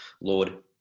Lord